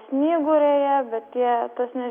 snyguriuoja bet tie tas nežymus snyguriavimas